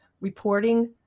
reporting